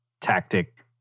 tactic